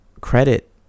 credit